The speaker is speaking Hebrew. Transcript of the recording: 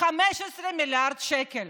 15 מיליארד שקל.